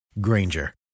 Granger